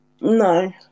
No